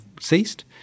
ceased